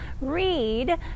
read